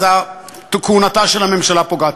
אז כהונתה של הממשלה נפגעת.